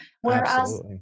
whereas